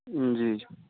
جی